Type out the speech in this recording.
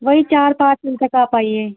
वही चार पाँच दिन बजे तक आप आइए